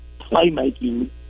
playmaking